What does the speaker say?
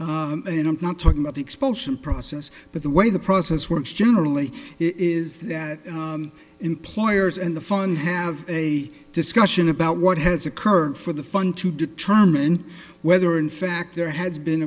generally and i'm not talking about the expulsion process but the way the process works generally is that employers and the fund have a discussion about what has occurred for the fun to determine whether in fact there has been